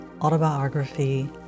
Autobiography